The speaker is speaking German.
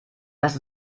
dass